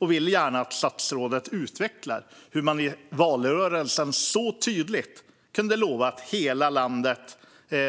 Jag vill gärna att statsrådet utvecklar hur man i valrörelsen så tydligt kunde lova att hela landet